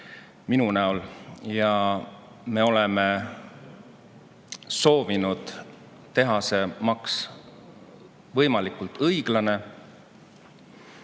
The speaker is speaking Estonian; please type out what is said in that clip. minu näol ja me oleme soovinud teha selle maksu võimalikult õiglase.